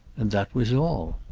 and that was all.